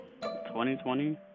2020